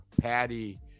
patty